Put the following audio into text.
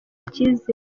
icyizere